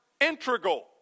integral